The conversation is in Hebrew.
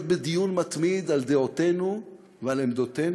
להיות בדיון מתמיד על דעותינו ועל עמדותינו,